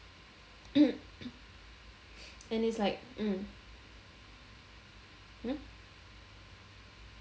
and it's like mm hmm